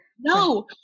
No